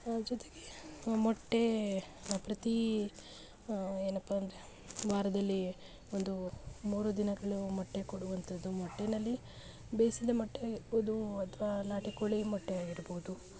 ಜೊತೆಗೆ ಮೊಟ್ಟೆ ಪ್ರತಿ ಏನಪ್ಪ ಅಂದರೆ ವಾರದಲ್ಲಿ ಒಂದು ಮೂರು ದಿನಗಳು ಮೊಟ್ಟೆ ಕೊಡುವಂಥದ್ದು ಮೊಟ್ಟೆಯಲ್ಲಿ ಬೇಯಿಸಿದ ಮೊಟ್ಟೆ ಆಗಿರ್ಬೋದು ಅಥವಾ ನಾಟಿ ಕೋಳಿ ಮೊಟ್ಟೆ ಆಗಿರ್ಬೋದು